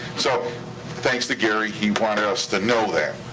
so thanks to gary. he wanted us to know that.